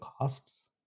costs